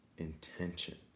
intention